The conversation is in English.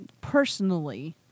personally